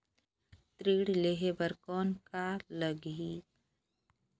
ऋण लेहे बर कौन का लगही?